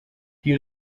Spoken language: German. die